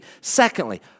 Secondly